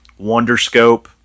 Wonderscope